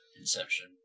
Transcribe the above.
Inception